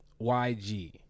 YG